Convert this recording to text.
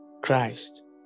Christ